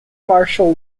marshal